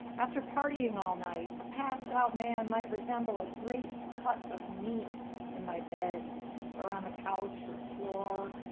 after partying all night, a passed out man might resemble a great cut of meat in my bed or on the couch or floor,